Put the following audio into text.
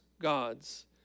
gods